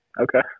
Okay